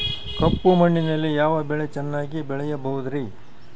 ಕಪ್ಪು ಮಣ್ಣಿನಲ್ಲಿ ಯಾವ ಬೆಳೆ ಚೆನ್ನಾಗಿ ಬೆಳೆಯಬಹುದ್ರಿ?